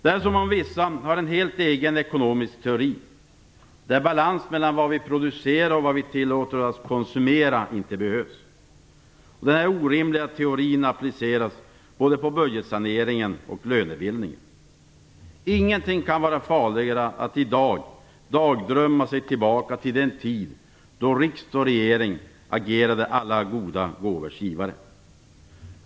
Det är som om vissa har en helt egen ekonomisk teori, där balans mellan vad vi producerar och vad vi tillåter oss konsumera inte behövs. Den orimliga teorin appliceras både på budgetsaneringen och lönebildningen. Inget kan vara farligare än att dagdrömma sig tillbaka till den tid då riksdag och regering agerade alla goda gåvors givare.